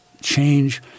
change